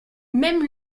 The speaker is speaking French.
même